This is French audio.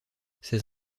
ses